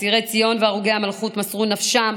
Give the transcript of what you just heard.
אסירי ציון והרוגי המלכות מסרו נפשם